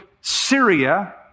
Syria